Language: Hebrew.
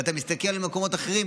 ואתה מסתכל על מקומות אחרים,